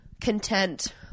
content